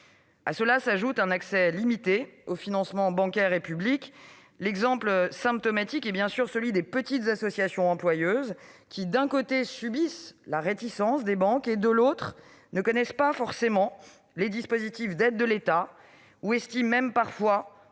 S'y ajoute un accès limité aux financements bancaires et publics. L'exemple symptomatique est bien sûr celui des petites associations employeuses, qui, d'un côté, subissent la réticence des banques, et, de l'autre, ne connaissent pas forcément les dispositifs d'aides de l'État ou estiment même parfois,